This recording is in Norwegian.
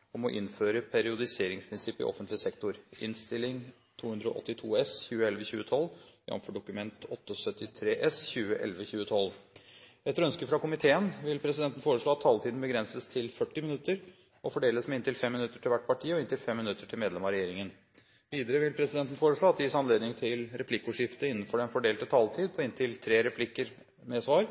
om utviklingen i Afghanistan samt norsk sivilt og militært engasjement legges ut for behandling i et senere møte. – Det anses vedtatt. Etter ønske fra finanskomiteen vil presidenten foreslå at taletiden begrenses til 40 minutter og fordeles med inntil 5 minutter til hvert parti og inntil 5 minutter til medlem av regjeringen. Videre vil presidenten foreslå at det gis anledning til replikkordskifte på inntil tre replikker med svar